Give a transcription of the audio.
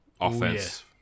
offense